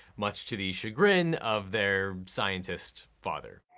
much to the chagrin of their scientist father.